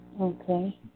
Okay